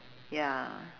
ya